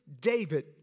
David